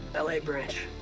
l a. branch.